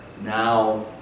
now